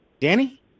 Danny